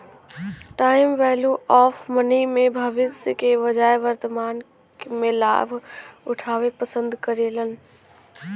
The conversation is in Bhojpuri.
टाइम वैल्यू ऑफ़ मनी में भविष्य के बजाय वर्तमान में लाभ उठावे पसंद करेलन